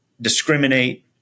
discriminate